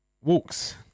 Walks